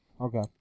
Okay